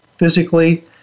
physically